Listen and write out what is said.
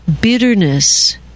Bitterness